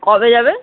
কবে যাবে